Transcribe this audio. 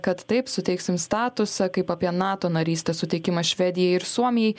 kad taip suteiksim statusą kaip apie nato narystės suteikimą švedijai ir suomijai